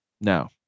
no